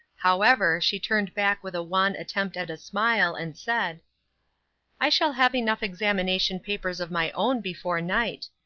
however, she turned back with a wan attempt at a smile, and said i shall have enough examination papers of my own before night.